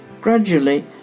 Gradually